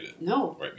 No